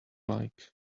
like